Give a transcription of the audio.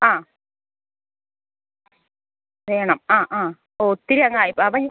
ആ വേണം ആ ആ ഒത്തിരിയങ്ങായി പോ അവൻ